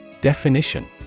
Definition